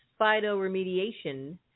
phytoremediation